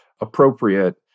appropriate